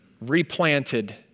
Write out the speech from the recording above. replanted